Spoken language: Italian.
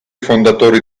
fondatori